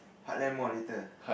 Heartland Mall later